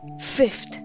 Fifth